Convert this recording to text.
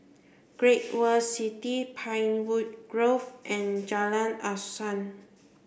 Great World City Pinewood Grove and Jalan Asuhan